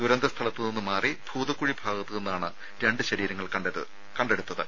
ദുരന്ത സ്ഥലത്തുനിന്ന് മാറി ഭൂതക്കുഴി ഭാഗത്തുനിന്നാണ് രണ്ട് ശരീരങ്ങൾ കണ്ടെടുത്തത്